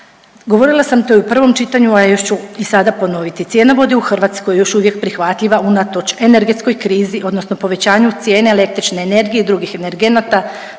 Govorila sam to i u prvom čitanju, a još ću i sada ponoviti, cijena vode u Hrvatskoj je još uvijek prihvatljiva unatoč energetskoj krizi odnosno povećanju cijene električne energije i drugih energenata